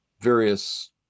various